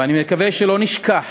ואני מקווה שלא נשכח